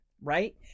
right